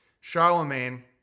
Charlemagne